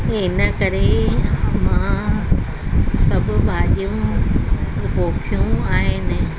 इनकरे मां सभु भाॼियूं पोखियूं आहिनि